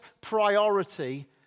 priority